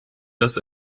dass